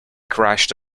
crashed